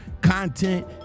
content